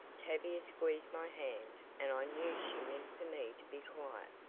tavia squeezed my hand and i knew she meant for me to be quiet.